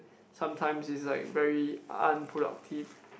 sometimes is like very unproductive